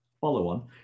follow-on